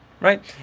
right